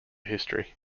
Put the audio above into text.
history